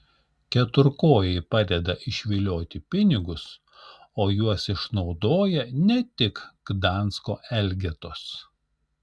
keturkojai padeda išvilioti pinigus o juos išnaudoja ne tik gdansko elgetos